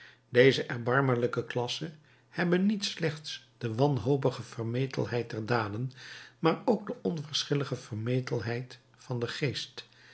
deze erbarmelijke klassen hebben niet slechts de wanhopige vermetelheid der daden maar ook de onverschillige vermetelheid van den geest